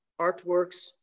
artworks